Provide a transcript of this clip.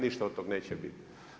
Ništa od toga neće biti.